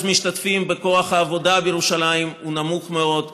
המשתתפים בכוח העבודה בירושלים הוא נמוך מאוד,